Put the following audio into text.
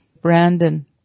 Brandon